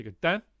dan